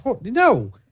no